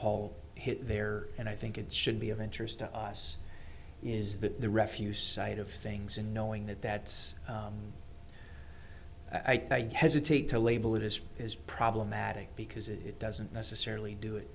paul hit there and i think it should be of interest to us is that the refuse side of things and knowing that that's i'd hesitate to label it is as problematic because it doesn't necessarily do it